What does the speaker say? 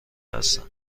هستم